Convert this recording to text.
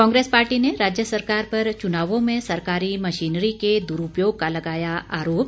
Congress party ने राज्य सरकार पर चुनावों में सरकारी मशीनरी के दुरूपयोग का लगाया आरोप